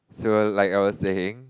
so like I was saying